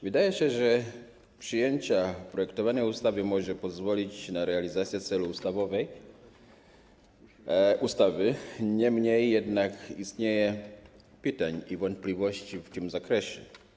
Wydaje się, że przyjęcie projektowanej ustawy może pozwolić na realizację celu ustawy, niemniej jednak istnieją pytania i wątpliwości w tym zakresie.